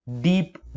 deep